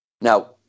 Now